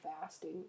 fasting